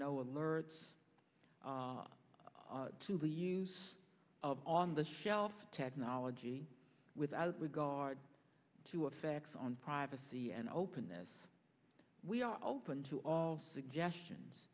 no alerts to the use of on the shelf technology without regard to effects on privacy and openness we are open to all suggestions